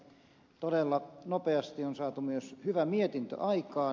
todella nopeasti on saatu myös hyvä mietintö aikaan